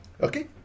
Okay